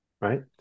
right